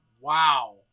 Wow